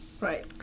Right